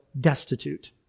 destitute